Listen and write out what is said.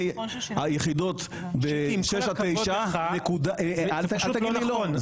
היחידות 6-9- -- זה פשוט לא נכון,